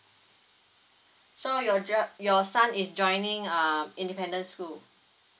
so your j~ your son is joining um independence school